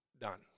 Done